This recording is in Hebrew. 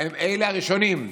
אלה הראשונים.